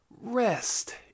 Rest